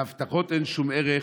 להבטחות אין שום ערך.